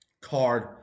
card